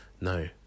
No